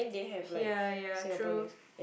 ya ya true